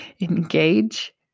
engage